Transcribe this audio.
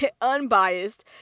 unbiased